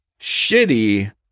shitty